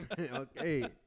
Okay